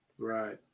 Right